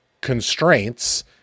constraints